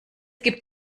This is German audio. gibt